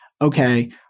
okay